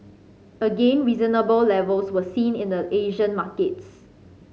again reasonable levels were seen in the Asian markets